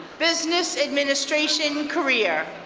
business administration career.